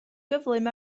gyflym